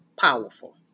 powerful